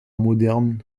moderne